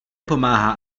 pomáhá